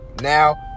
Now